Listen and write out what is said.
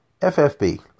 FFB